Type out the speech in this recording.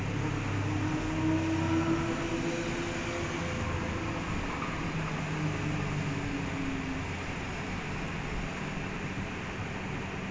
so should be one person lah that's the only thing ah then wiyah நிறைய:niraiya is it manual the number of penalties he get it's insane three tick பண்ண சொல்றாங்க:panna solraanga they miss cannot do all that